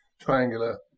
triangular